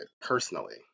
personally